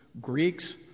Greeks